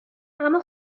اما